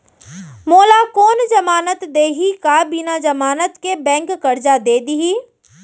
मोला कोन जमानत देहि का बिना जमानत के बैंक करजा दे दिही?